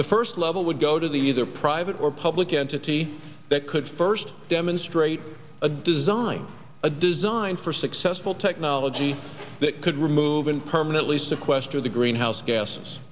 the first level would go to the either private or public entity that could first demonstrate a design a design for successful technology that could remove and permanently sequester the greenhouse gases